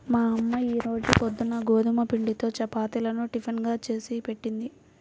మా అమ్మ ఈ రోజు పొద్దున్న గోధుమ పిండితో చపాతీలను టిఫిన్ గా చేసిపెట్టింది